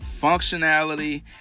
functionality